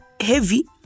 heavy